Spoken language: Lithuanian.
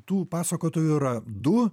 tų pasakotojų yra du